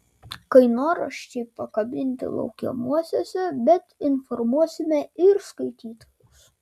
kainoraščiai pakabinti laukiamuosiuose bet informuosime ir skaitytojus